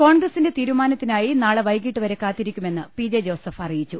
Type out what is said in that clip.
കോൺഗ്രസിന്റെ തീരുമാനത്തിനായി നാളെ വൈകീട്ടു വരെ കാത്തിരിക്കുമെന്ന് പി ജെ ജോസഫ് അറിയിച്ചു